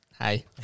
Hi